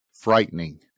frightening